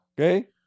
Okay